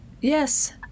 yes